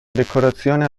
decorazione